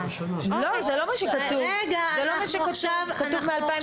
זה לא מה שכתוב, כתוב מ-2016.